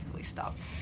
stopped